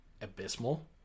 abysmal